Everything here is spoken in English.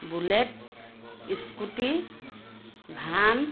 bullet scooty van